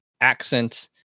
accent